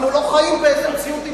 אנחנו לא חיים במציאות דמיונית.